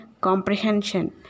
comprehension